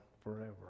forever